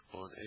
on